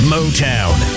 Motown